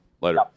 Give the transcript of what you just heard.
Later